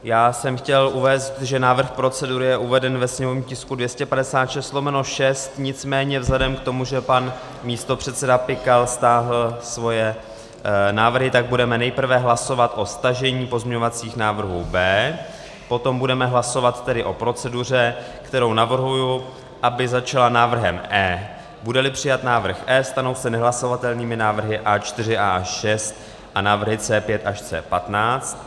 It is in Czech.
Já jsem chtěl uvést, že návrh procedury je uveden ve sněmovním tisku 256/6, nicméně vzhledem k tomu, že pan místopředseda Pikal stáhl svoje návrhy, tak budeme nejprve hlasovat o stažení pozměňovacích návrhů B, potom budeme hlasovat tedy o proceduře, kde navrhuju, aby začala návrhem E. Budeli přijat návrh E, stanou se nehlasovatelnými návrhy A4 až A6 a návrhy C5 až C15.